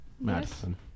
Madison